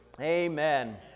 amen